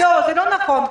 לא, זה לא נכון.